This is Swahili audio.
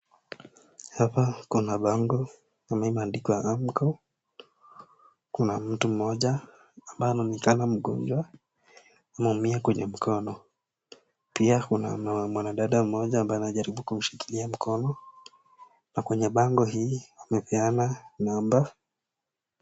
Hapa kuna bango, imeandikwa AMCCO ,kuna mtu mmoja ambaye anaonekana mgonjwa ameumia kwenye mkono. Pia kuna mwanadada mmoja ambaye anajaribu kumshikilia mkono, na kwenye bango hii amepeana namba.